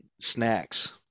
Snacks